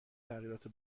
تغییرات